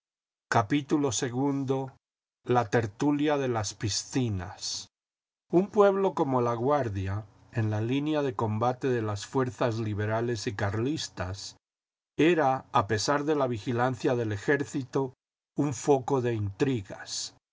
cielo íi la tertulia de las piscinas un pueblo como laguardia en la línea de combate de las fuerzas liberales y carlistas era a pesar de la vigilancia del ejército un foco de intrigas